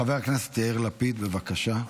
חבר הכנסת יאיר לפיד, בבקשה.